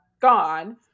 gone